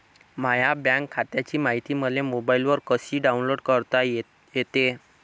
माह्या बँक खात्याची मायती मले मोबाईलवर कसी डाऊनलोड करता येते?